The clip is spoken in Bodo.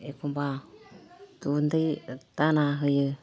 एखमबा गुन्दै दाना होयो